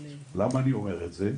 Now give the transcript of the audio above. למה אני אומר את זה?